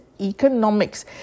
economics